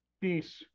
Peace